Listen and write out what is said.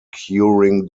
curing